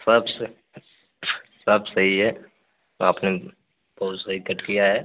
सबसे सब सही है आपने बहुत सही कट किया है